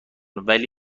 ولی